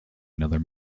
another